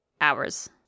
hours